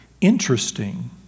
interesting